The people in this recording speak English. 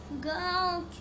girl